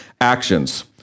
actions